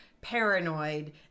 paranoid